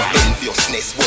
enviousness